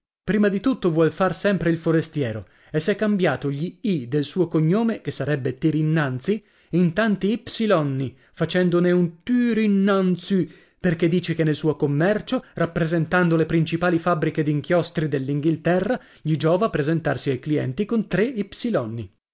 prima di tutto vuol far sempre il forestiero e s'è cambiato gli i del suo cognome che sarebbe tirinnanzi in tanti ipsilonni facendone un tyrynnanzy perché dice che nel suo commercio rappresentando le principali fabbriche d'inchiostri dell'inghilterra gli giova presentarsi ai clienti con tre ipsilonni e poi